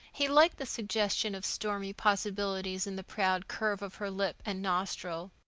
he liked the suggestion of stormy possibilities in the proud curve of her lip and nostril.